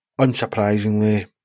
Unsurprisingly